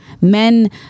men